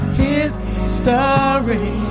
history